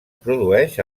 produeix